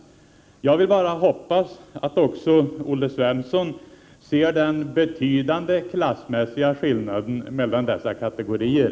Jag hoppas att också Olle Svensson ser den betydande klassmässiga skillnaden mellan dessa kategorier.